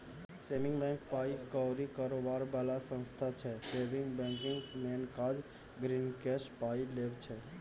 saving bank पाइ कौरी कारोबार बला संस्था छै सेबिंग बैंकक मेन काज गांहिकीसँ पाइ लेब छै